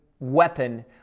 weapon